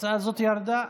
ההצעה ירדה?